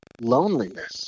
loneliness